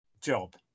job